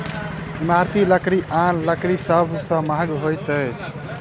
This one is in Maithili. इमारती लकड़ी आन लकड़ी सभ सॅ महग होइत अछि